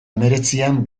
hemeretzian